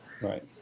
Right